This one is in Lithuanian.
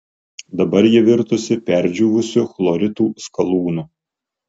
dabar ji virtusi perdžiūvusiu chloritų skalūnu